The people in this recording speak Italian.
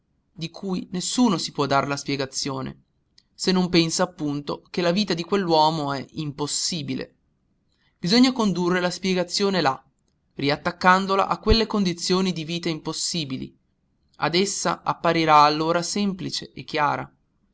di cui nessuno si può dar la spiegazione se non pensa appunto che la vita di quell'uomo è impossibile bisogna condurre la spiegazione là riattaccandola a quelle condizioni di vita impossibili ed essa apparirà allora semplice e chiara